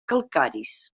calcaris